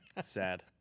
Sad